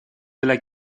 della